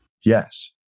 Yes